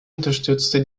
unterstützte